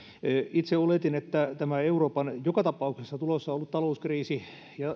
itse oletin että tätä eurooppaan joka tapauksessa tulossa ollutta talouskriisiä